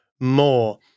more